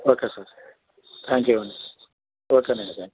okay sir thank you అండి ఓకేనండి thanks